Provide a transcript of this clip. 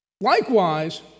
Likewise